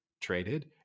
traded